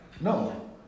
No